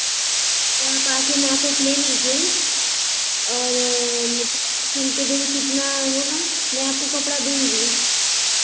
तो आप आकर नाप आप ले लीजिए और सिल कर तो कितना होगा मैं आपको कपड़ा दूँगी